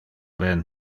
ben